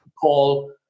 call